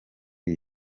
iyi